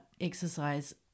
exercise